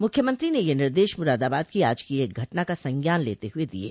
मुख्यमंत्री ने यह निर्देश मुरादाबाद की आज की एक घटना का संज्ञान लेते हुए दिये